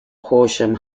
horsham